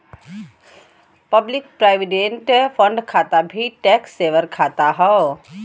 public provident fund खाता भी tax saver खाता हौ